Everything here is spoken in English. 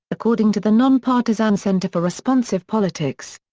according to the nonpartisan center for responsive politics.